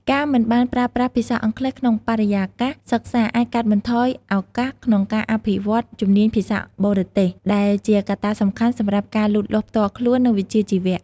ការមិនបានប្រើប្រាស់ភាសាអង់គ្លេសក្នុងបរិយាកាសសិក្សាអាចកាត់បន្ថយឱកាសក្នុងការអភិវឌ្ឍជំនាញភាសាបរទេស ដែលជាកត្តាសំខាន់សម្រាប់ការលូតលាស់ផ្ទាល់ខ្លួន និងវិជ្ជាជីវៈ។